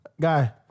Guy